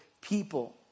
people